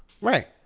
Right